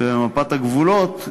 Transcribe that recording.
ובמפת הגבולות,